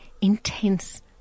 intense